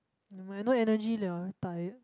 nevermind I no energy liao very tired